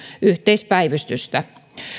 yhteispäivystystä